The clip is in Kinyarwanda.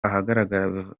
ahagaragara